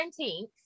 19th